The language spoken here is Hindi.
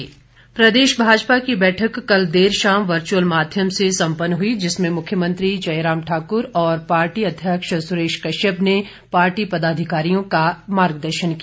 मुख्मयंत्री बैठक प्रदेश भाजपा की बैठक कल देर शाम वर्च्अल माध्यम से संपन्न हुई जिसमें मुख्यमंत्री जयराम ठाकुर और पार्टी अध्यक्ष सुरेश कश्यप ने पार्टी पदाधिकारियों का मार्गदर्शन किया